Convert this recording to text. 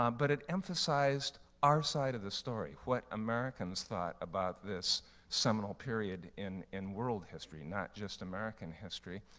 um but it emphasized our side of the story, what americans thought about this seminal period in in world history, not just american history.